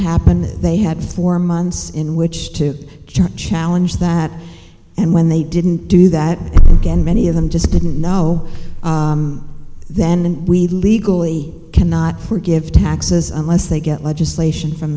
happened they had four months in which to charge challenge that and when they didn't do that again many of them just didn't know then and we legally cannot forgive taxes unless they get legislation from